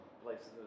places